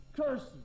cursing